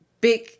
big